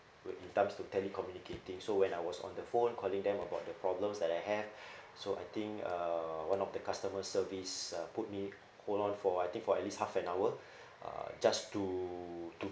when it comes to tele-communicating so when I was on the phone calling them about the problems that I have so I think uh one of the customer service uh put me hold on for I think for at least half an hour uh just to to